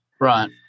Right